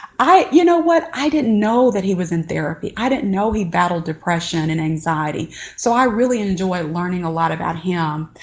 i you know what? i didn't know that he was in therapy. i didn't know he battled depression and anxiety so i really enjoy learning a lot about him.